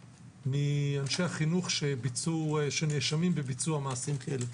מאנשי חינוך שנאשמים בביצוע מעשים כאלה.